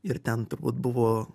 ir ten turbūt buvo